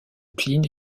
pline